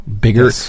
bigger